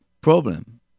problem